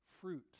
fruit